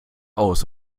aus